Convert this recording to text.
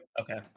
Okay